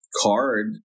card